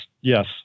yes